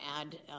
add